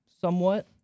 somewhat